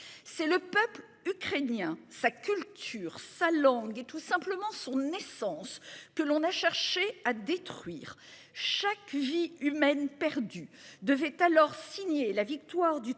C'est le peuple ukrainien, sa culture, sa langue et tout simplement son essence, que l'on a cherché à détruire chaque vie humaine perdue devait alors signé la victoire du